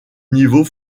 niveau